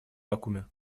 вакууме